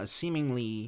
seemingly